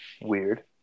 weird